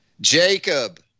Jacob